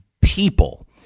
people